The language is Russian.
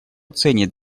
ценит